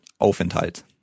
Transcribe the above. Aufenthalt